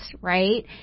right